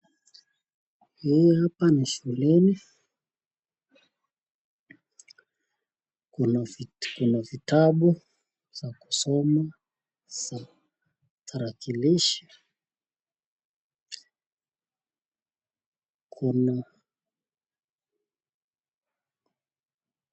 Hapa ni shuleni, kuna kuna vitabu za kusoma, za tarakilishi, kuna.